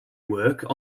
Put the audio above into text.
work